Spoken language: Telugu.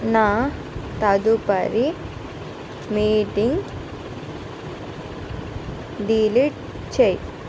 నా తదుపరి మీటింగ్ డిలీట్ చేయి